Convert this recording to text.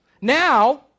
Now